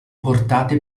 portate